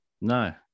No